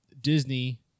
Disney